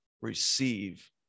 receive